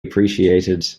appreciated